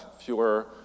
fewer